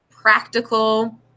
practical